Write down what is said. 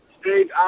Steve